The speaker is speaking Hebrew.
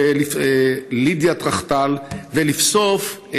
לידיה טרקסל, ולבסוף,